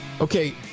Okay